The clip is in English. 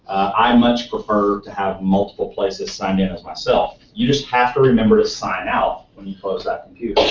i much prefer to have multiple places signed in as myself. you just have to remember to sign out when you close that computer.